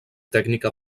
tècnica